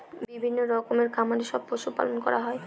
বিভিন্ন রকমের খামারে সব পশু পালন করা হয়